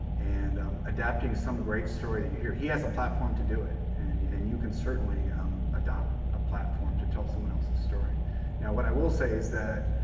and adapting some great story that you hear he has a platform to do it and and you can certainly adopt a platform to tell someone else's story. now what i will say is that